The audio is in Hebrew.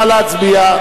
נא להצביע.